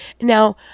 Now